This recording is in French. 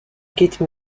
quitte